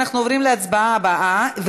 אנחנו עוברים להצבעה הבאה,